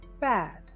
bad